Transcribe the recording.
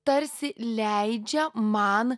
tarsi leidžia man